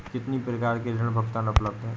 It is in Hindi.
कितनी प्रकार के ऋण भुगतान उपलब्ध हैं?